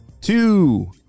two